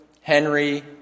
Henry